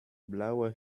blauer